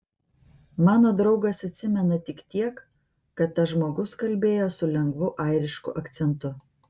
mano draugas atsimena tik tiek kad tas žmogus kalbėjo su lengvu airišku akcentu